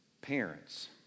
parents